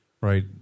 right